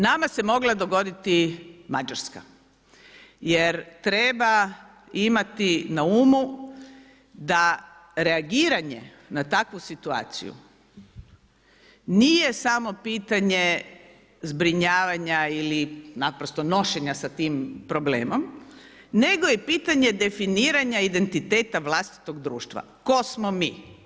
Nama se mogla dogoditi Mađarska jer treba imati na umu da reagiranje na takvu situaciju nije samo pitanje zbrinjavanja ili naprosto nošenja sa tim problemom nego je pitanje definiranja identiteta vlastitog društva, ko smo mi.